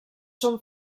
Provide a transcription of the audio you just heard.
són